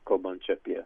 kalbant čia apie